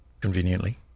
conveniently